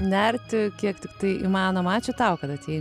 nerti kiek tiktai įmanoma ačiū tau kad atėjai